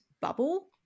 bubble